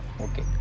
Okay